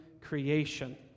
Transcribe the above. creation